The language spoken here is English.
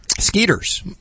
skeeters